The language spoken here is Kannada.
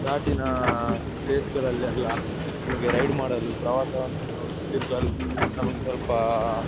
ಘಾಟಿನ ಪ್ಲೇಸ್ಗಳಲ್ಲೆಲ್ಲ ನಮಗೆ ರೈಡ್ ಮಾಡಲು ಪ್ರವಾಸವನ್ನು ತಿರುಗಲು ನಮಗೆ ಸ್ವಲ್ಪ